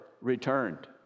returned